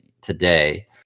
today